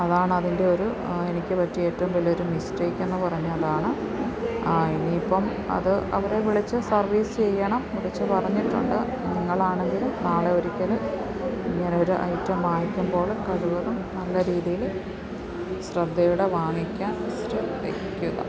അതാണ് അതിൻ്റെ ഒരു എനിക്ക് പറ്റിയ ഏറ്റവും വലിയൊരു മിസ്റ്റേക്ക് എന്ന് പറഞ്ഞാൽ അതാണ് ഇനിയിപ്പം അത് അവരെ വിളിച്ച് സർവീസ് ചെയ്യണം വിളിച്ചു പറഞ്ഞിട്ടുണ്ട് നിങ്ങൾ ആണെങ്കിലും നാളെ ഒരിക്കൽ ഇങ്ങനെ ഒരു ഐറ്റം വാങ്ങിക്കുമ്പോൾ കഴിവതും നല്ല രീതിയിൽ ശ്രദ്ധയോടെ വാങ്ങിക്കാൻ ശ്രദ്ധിക്കുക